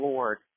Lord